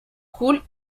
coule